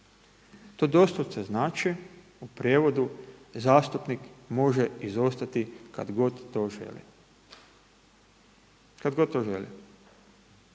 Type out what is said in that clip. To doslovce znači u prijevodu, zastupnik može izostati kada god to želi, kada god to želi.